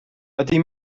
ydy